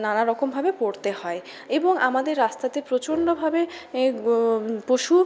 নানা রকমভাবে পড়তে হয় এবং আমাদের রাস্তাতে প্রচণ্ডভাবে পশু